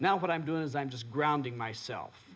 now what i'm doing is i'm just grounding myself